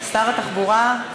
שר התחבורה,